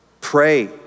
Pray